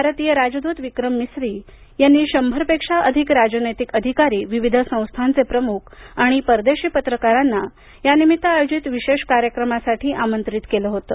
भारतीय राजदूत विक्रम मिसरी यांनी शंभरपेक्षा अधिक राजनैतिक अधिकारी विविध संस्थांचे प्रमुख आणि परदेशी पत्रकारांना यानिमित्त आयोजित विशेष कार्यक्रमासाठी आमंत्रित केलं होतं